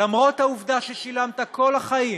למרות העובדה ששילמת כל החיים